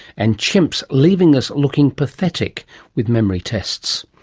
and chimps leaving us looking pathetic with memory tests.